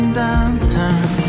downtown